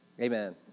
Amen